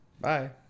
Bye